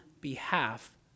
behalf